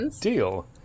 deal